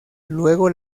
luego